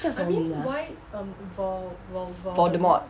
叫什么名啊 voldemort